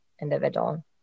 individual